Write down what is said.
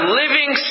living